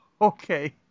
Okay